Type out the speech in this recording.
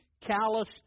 callous